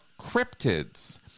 cryptids